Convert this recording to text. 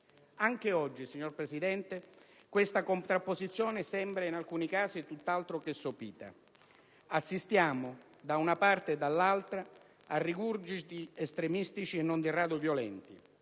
Anche oggi, signor Presidente, questa contrapposizione sembra in alcuni casi tutt'altro che sopita. Assistiamo, da una parte e dall'altra, a rigurgiti estremistici e non di rado violenti.